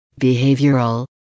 behavioral